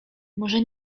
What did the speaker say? może